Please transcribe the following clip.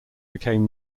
became